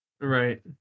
Right